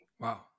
Wow